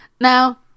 now